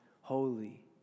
holy